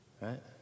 Right